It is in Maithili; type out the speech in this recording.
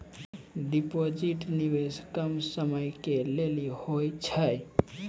डिपॉजिट निवेश कम समय के लेली होय छै?